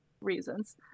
reasons